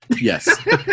Yes